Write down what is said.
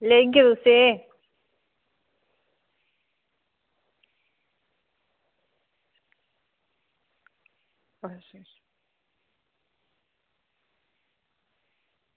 लेई जाह्गे तुसेंगी